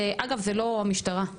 אגב, זה לא המשטרה.